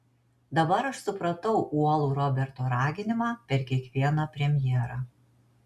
dabar aš supratau uolų roberto raginimą per kiekvieną premjerą